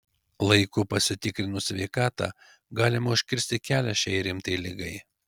laiku pasitikrinus sveikatą galima užkirsti kelią šiai rimtai ligai